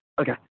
okay